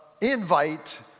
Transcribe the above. invite